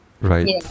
right